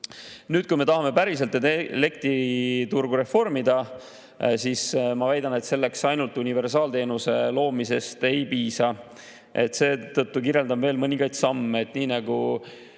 lahus. Kui me tahame päriselt elektriturgu reformida, siis ma väidan, et selleks ainult universaalteenuse loomisest ei piisa. Seetõttu kirjeldan veel mõningaid samme. Nii nagu